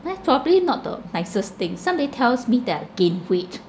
mine's probably not the nicest thing somebody tells me that I gained weight